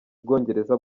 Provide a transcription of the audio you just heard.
bwongereza